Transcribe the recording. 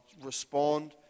respond